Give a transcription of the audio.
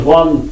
one